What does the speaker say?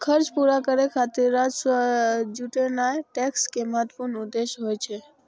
खर्च पूरा करै खातिर राजस्व जुटेनाय टैक्स के महत्वपूर्ण उद्देश्य होइ छै